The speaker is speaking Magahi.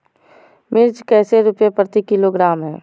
मिर्च कैसे रुपए प्रति किलोग्राम है?